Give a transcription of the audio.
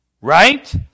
Right